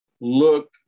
look